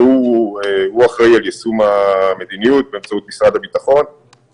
הוא אחראי על יישום המדיניות באמצעות משרד הביטחון,